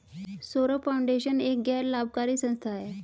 Saurabh foundation एक गैर लाभकारी संस्था है